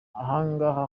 ahangaha